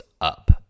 up